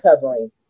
covering